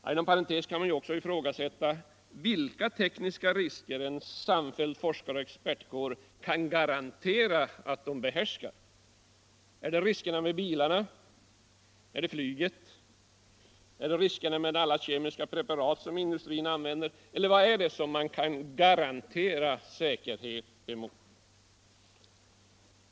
Inom parentes kan ju också ifrågasättas vilka tekniska risker en ”samfälld forskaroch expertkår” kan garantera att man behärskar. Är det riskerna med bilarna? Med flyget? Med alla kemiska preparat industrin använder? Eller vad är det man kan garantera säkerhet mot?